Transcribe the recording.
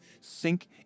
sink